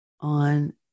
on